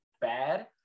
bad